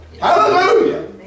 Hallelujah